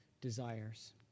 desires